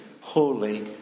holy